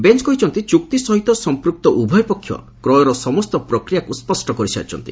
bench କହିଛନ୍ତି ଚୁକ୍ତି ସହିତ ସମ୍ପୃକ୍ତ ଉଭୟ ପକ୍ଷ କ୍ରୟର ସମସ୍ତ ପ୍ରକ୍ରିୟାକୁ ସ୍ୱଷ୍ଟ କରିସାରିଛନ୍ତି